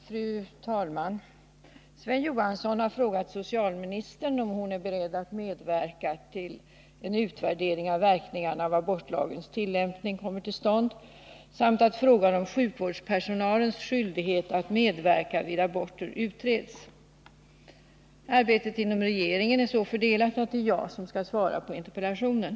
Fru talman! Sven Johansson har frågat socialministern om hon är beredd att medverka till att en utvärdering av verkningarna av abortlagens tillämpning kommer till stånd samt att frågan om sjukvårdspersonalens skyldighet att medverka vid aborter utreds. Arbetet inom regeringen är så fördelat att det är jag som skall svara på interpellationen.